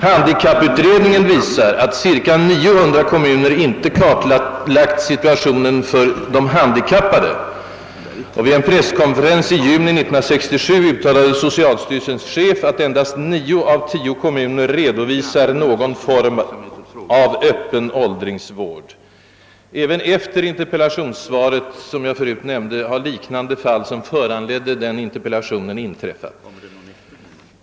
Handikapputredningen visar i sitt betänkande att cirka 900 kommuner inte kartlagt situationen för de handikappade. Vid en presskonferens i juni 1967 uttalade socialstyrelsens chef att endast 9 av 10 kommuner redovisar någon form av öppen åldringsvård. Även efter att det interpellationssvar jag förut nämnde lämnats har liknande fall som det som föranledde denna interpellation inträffat.